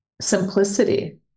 simplicity